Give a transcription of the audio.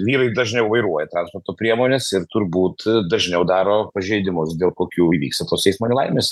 vyrai dažniau vairuoja transporto priemones ir turbūt dažniau daro pažeidimus dėl kokių vyksta tos eismo nelaimės